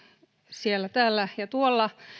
siellä täällä ja tuolla